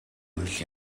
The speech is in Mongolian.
үйл